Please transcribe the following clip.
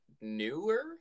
newer